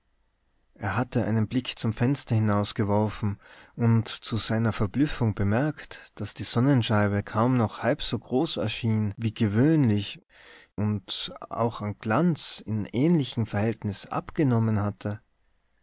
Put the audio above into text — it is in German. er hatte einen blick zum fenster hinausgeworfen und zu seiner verblüffung bemerkt daß die sonnenscheibe kaum noch halb so groß erschien wie gewöhnlich und auch an glanz in ähnlichem verhältnis abgenommen hatte